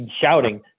shouting